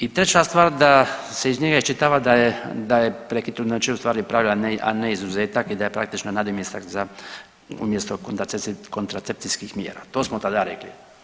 I treća stvar da se iz njega iščitava da je prekid trudnoće ustvari pravilo a ne, a ne izuzetak i da je praktično nadomjestak za umjesto kontracepcijskih mjera, to smo tada rekli.